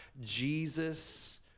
Jesus